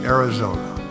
Arizona